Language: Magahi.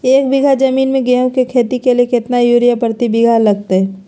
एक बिघा जमीन में गेहूं के खेती के लिए कितना यूरिया प्रति बीघा लगतय?